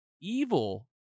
evil